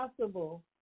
possible